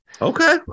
Okay